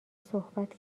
صحبت